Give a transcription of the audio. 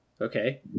Okay